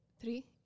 three